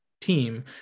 team